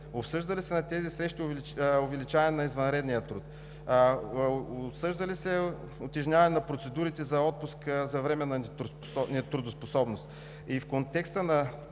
обсъжда ли се увеличаване на извънредния труд; обсъжда ли се утежняване на процедурите за отпуск за временна нетрудоспособност? В контекста на